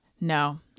No